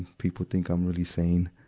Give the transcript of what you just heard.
people think i'm really sane.